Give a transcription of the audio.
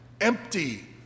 empty